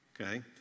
Okay